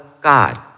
God